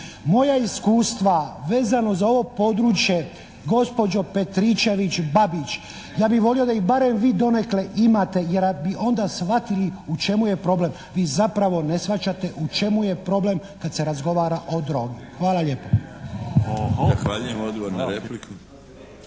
Moja iskustva vezano za ovo područje gospođo Petričević Babić, ja bih volio da ih vi donekle imate jer bi onda shvatili u čemu je problem. Vi zapravo ne shvaćate u čemu je problem kada se razgovara o drogi. Hvala lijepo.